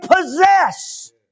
possess